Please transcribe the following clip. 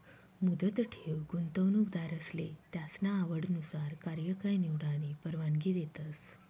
मुदत ठेव गुंतवणूकदारसले त्यासना आवडनुसार कार्यकाय निवडानी परवानगी देतस